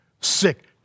sick